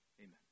Amen